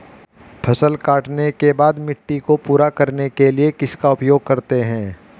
फसल काटने के बाद मिट्टी को पूरा करने के लिए किसका उपयोग करते हैं?